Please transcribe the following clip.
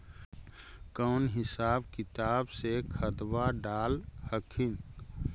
कौन हिसाब किताब से खदबा डाल हखिन?